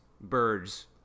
birds